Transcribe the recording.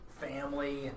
family